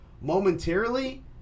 momentarily